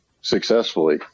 successfully